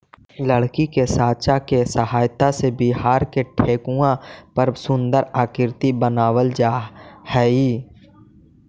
लकड़ी के साँचा के सहायता से बिहार में ठेकुआ पर सुन्दर आकृति बनावल जा हइ